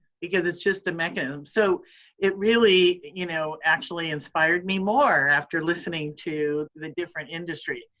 because it's just a mechanism. so it really, you know actually inspired me more after listening to the different industry.